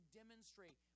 demonstrate